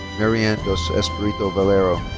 maryann do espirito valero.